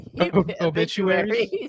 obituaries